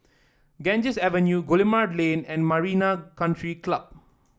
Ganges Avenue Guillemard Lane and Marina Country Club